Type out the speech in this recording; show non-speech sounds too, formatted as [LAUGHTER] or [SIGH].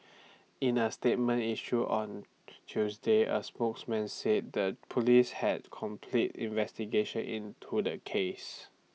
[NOISE] in A statement issued on Tuesday A spokesman said the Police had completed investigations into the case